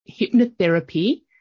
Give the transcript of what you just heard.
hypnotherapy